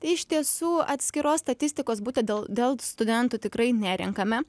iš tiesų atskiros statistikos būtent dėl dėl studentų tikrai nerenkame